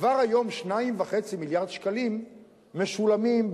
כבר היום 2.5 מיליארד שקלים משולמים,